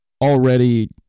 already